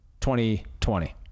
2020